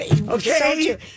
Okay